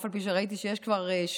אף על פי שראיתי שיש כבר שינויים